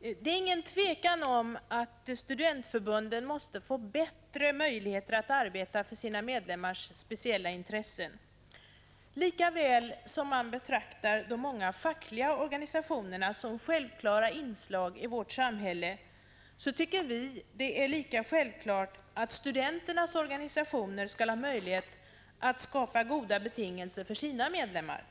Det är inget tvivel om att studentförbunden måste få bättre möjligheter att arbeta för sina medlemmars speciella intressen. Likaväl som man betraktar de många fackliga organisationerna som självklara inslag i vårt samhälle tycker vi att det är självklart att studenternas organisationer skall ha möjlighet att skapa goda betingelser för sina medlemmar.